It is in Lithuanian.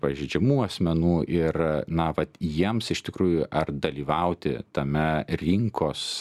pažeidžiamų asmenų ir na vat jiems iš tikrųjų ar dalyvauti tame rinkos